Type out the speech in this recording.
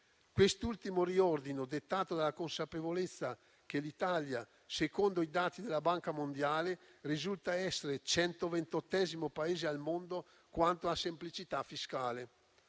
Quest'ultimo riordino è dettato dalla consapevolezza che l'Italia, secondo i dati della Banca mondiale, risulta essere 128° Paese al mondo quanto a semplicità fiscale.